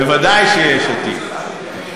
בוודאי שיש עתיד.